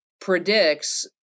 predicts